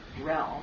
realm